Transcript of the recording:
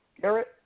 Garrett